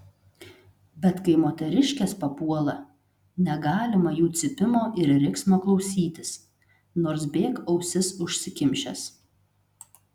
bet kai moteriškės papuola negalima jų cypimo ir riksmo klausytis nors bėk ausis užsikimšęs